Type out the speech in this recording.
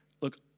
look